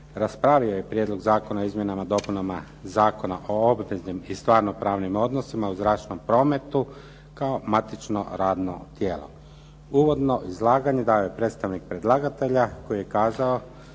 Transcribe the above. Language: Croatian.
raspravio je Prijedlog Zakona o izmjenama i dopunama Zakona o obveznim i stvarnopravnim odnosima u zračnom prometu kao matično radno tijelo. Uvodno izlaganje dao je predstavnik predlagatelja, koji je kazao